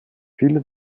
viele